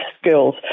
skills